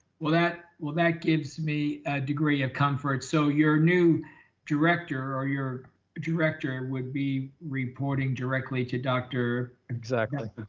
well that, well, that gives me a degree of comfort. so your new director or your director um would be reporting directly to doctor. exactly.